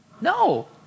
No